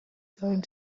going